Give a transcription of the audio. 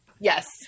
Yes